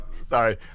Sorry